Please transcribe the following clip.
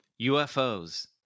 UFOs